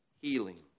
healing